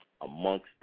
amongst